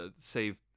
Save